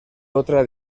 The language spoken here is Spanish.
otra